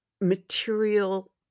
material